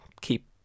keep